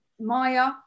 Maya